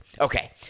Okay